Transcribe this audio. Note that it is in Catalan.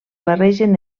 barregen